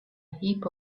heap